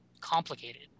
complicated